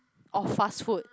of fast food